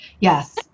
yes